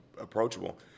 approachable